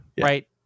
right